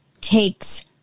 takes